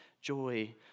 Joy